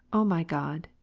o my god,